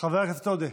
חבר הכנסת עודה,